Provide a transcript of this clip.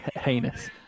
Heinous